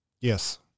Yes